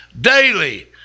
daily